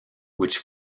which